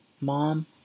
Mom